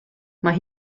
mae